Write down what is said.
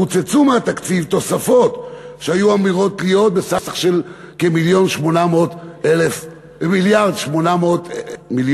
קוצצו מהתקציב תוספות שהיו אמורות להיות בסך של כ-1.8 מיליארד ש"ח.